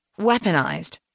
Weaponized